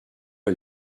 est